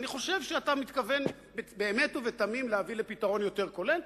אני חושב שאתה מתכוון באמת ובתמים להביא לפתרון יותר כולל,